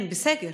בסגר.